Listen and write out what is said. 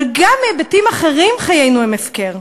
אבל גם מהיבטים אחרים חיינו הם הפקר,